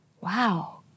wow